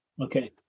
Okay